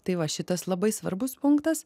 tai va šitas labai svarbus punktas